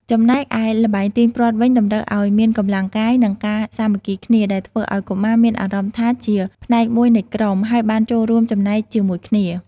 ចំណែកឯល្បែងទាញព្រ័ត្រវិញ តម្រូវឲ្យមានកម្លាំងកាយ និងការសាមគ្គីគ្នា ដែលធ្វើឲ្យកុមារមានអារម្មណ៍ថាជាផ្នែកមួយនៃក្រុម ហើយបានចូលរួមចំណែកជាមួយគ្នា។